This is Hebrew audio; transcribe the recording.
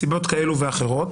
מסיבות כאלה ואחרות.